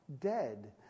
dead